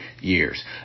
years